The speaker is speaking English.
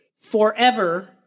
forever